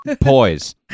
poise